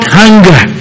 hunger